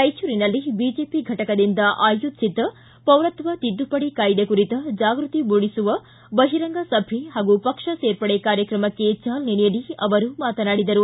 ರಾಯಚೂರಿನಲ್ಲಿ ಬಿಜೆಪಿ ಘಟಕದಿಂದ ಆಯೋಜಿಸಿದ್ದ ಪೌರತ್ವ ತಿದ್ದಪಡಿ ಕಾಯ್ದೆ ಕುರಿತ ಜಾಗೃತಿ ಮೂಡಿಸುವ ಬಹಿರಂಗ ಸಭೆ ಹಾಗೂ ಪಕ್ಷ ಸೇರ್ಪಡೆ ಕಾರ್ಯಕ್ರಮಕ್ಕೆ ಚಾಲನೆ ನೀಡಿ ಅವರು ಮಾತನಾಡಿದರು